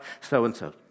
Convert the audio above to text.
So-and-so